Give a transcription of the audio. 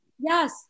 yes